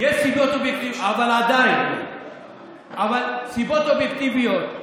אבל עדיין יש סיבות אובייקטיביות.